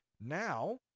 Now